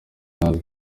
natwe